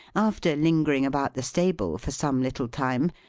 after lingering about the stable for some little time,